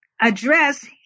address